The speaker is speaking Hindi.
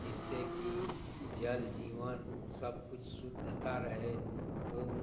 जिससे कि जल जीवन सब कुछ शुद्धता रहे फूल